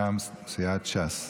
מטעם סיעת ש"ס,